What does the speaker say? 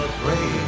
great